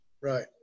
right